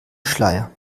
schleier